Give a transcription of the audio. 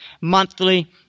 monthly